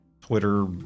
Twitter